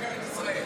לנבחרת ישראל.